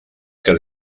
que